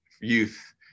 youth